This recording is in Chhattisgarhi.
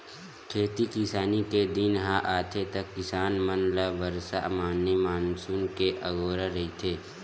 खेती किसानी के दिन ह आथे त किसान मन ल बरसा माने मानसून के अगोरा रहिथे